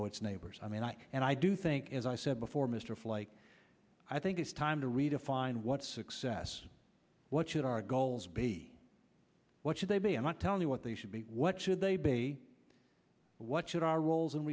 know its neighbors i mean i and i do think as i said before mr flake i think it's time to redefine what success what should our goals be what should they be and not tell me what they should be what should they be what should our roles and